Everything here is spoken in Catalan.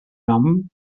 nom